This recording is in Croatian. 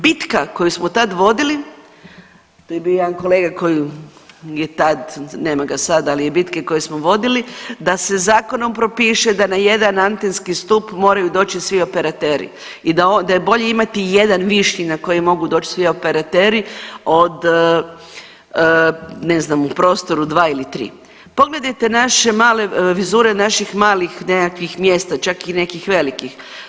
Bitka koju smo tad vodili, tu je bio jedan kolega koji je tad, nema ga sad, ali i bitke koje smo vodili da se zakonom propiše da na jedan antenski stup moraju doći svi operateri i da je bolje imati jedan viši na koji mogu doći svi operateri od ne znam u prostoru 2 ili 3. Pogledajte naše male, vizure naših malih nekakvih mjesta čak i nekih velikih.